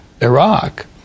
Iraq